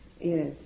Yes